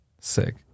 Sick